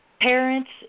parents